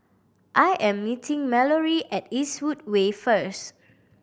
I am meeting Mallorie at Eastwood Way first